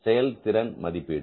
செயல்திறன் மதிப்பீடு